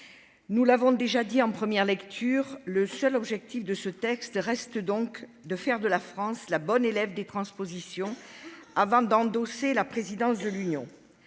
Nous l'avons déjà dit en première lecture, le seul objectif de ce texte reste de faire de la France la bonne élève des transpositions avant d'endosser la présidence de l'Union.